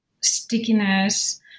stickiness